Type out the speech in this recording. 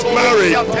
married